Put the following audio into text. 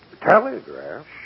Telegraph